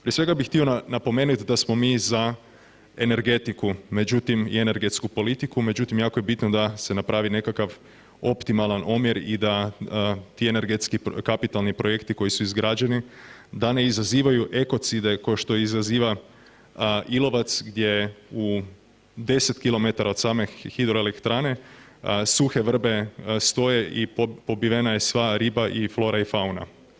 Prije svega bi htio napomenuti da smo mi za energetiku, međutim i energetsku politiku, međutim jako je bitno da se napravi nekakav optimalan omjer i da ti energetski kapitalni projekti koji su izgrađeni da ne izazivaju ekocide ko što izaziva Ilovac gdje u 10 km od same hidroelektrane suhe vrbe stoje i pobivena sva riba i flora i fauna.